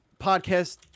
podcast